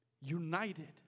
United